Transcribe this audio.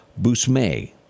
Busme